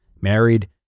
married